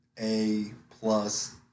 A-plus